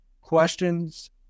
questions